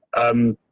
um,